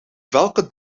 welke